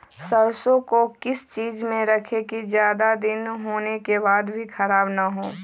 सरसो को किस चीज में रखे की ज्यादा दिन होने के बाद भी ख़राब ना हो?